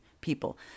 people